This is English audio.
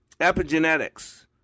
Epigenetics